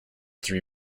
three